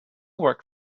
work